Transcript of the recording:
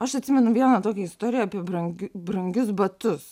aš atsimenu vieną tokią istoriją apie brang brangius batus